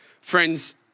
Friends